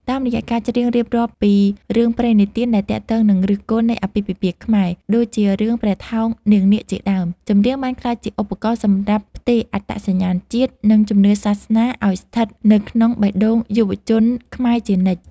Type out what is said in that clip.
តាមរយៈការច្រៀងរៀបរាប់ពីរឿងព្រេងនិទានដែលទាក់ទងនឹងឫសគល់នៃអាពាហ៍ពិពាហ៍ខ្មែរ ដូចជារឿងព្រះថោងនាងនាគជាដើម ចម្រៀងបានក្លាយជាឧបករណ៍សម្រាប់ផ្ទេរអត្តសញ្ញាណជាតិ និងជំនឿសាសនាឱ្យស្ថិតនៅក្នុងបេះដូងយុវជនខ្មែរជានិច្ច។